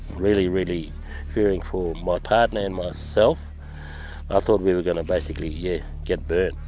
really, really fearing for my partner and myself. i thought we were going to basically yeah get burnt.